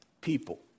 people